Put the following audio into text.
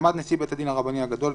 בהסכמת נשיא בית הדין הרבני הגדול,